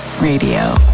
Radio